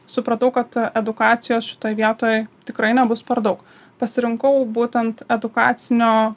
supratau kad edukacijos šitoj vietoj tikrai nebus per daug pasirinkau būtent edukacinio